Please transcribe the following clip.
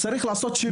צריכים לעשות שם